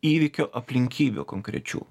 įvykio aplinkybių konkrečių